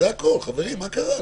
זה הכול, חברים, מה קרה?